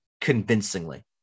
convincingly